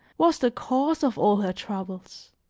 was the cause of all her troubles.